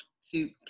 suit